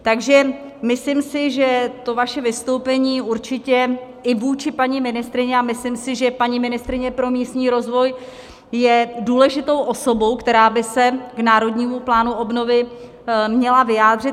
Takže si myslím, že to vaše vystoupení určitě i vůči paní ministryni, a myslím si, že paní ministryně pro místní rozvoj je důležitou osobou, která by se k Národnímu plánu obnovy měla vyjádřit.